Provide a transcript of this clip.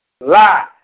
lie